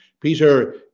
Peter